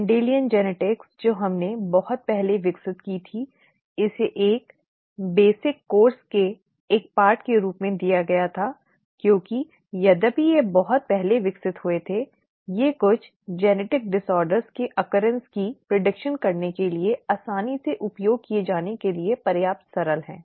Mendelian आनुवांशिकी जो हमने बहुत पहले विकसित की थी इसे एक बुनियादी पाठ्यक्रम के एक भाग के रूप में दिया गया था क्योंकि यद्यपि वे एक बहुत पहले विकसित हुए थे वे कुछ आनुवंशिक विकारों की घटना की भविष्यवाणी करने के लिए आसानी से उपयोग किए जाने के लिए पर्याप्त सरल हैं